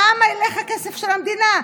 לשם ילך הכסף של המדינה,